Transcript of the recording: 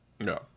no